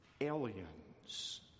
aliens